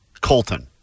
Colton